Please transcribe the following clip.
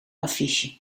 affiche